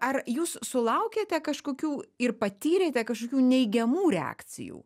ar jūs sulaukėte kažkokių ir patyrėte kažkokių neigiamų reakcijų